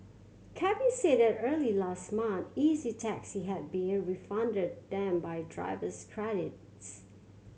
cabbies said that early last month Easy Taxi had refunded them by drivers credits